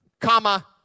comma